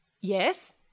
Yes